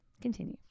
Continue